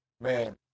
man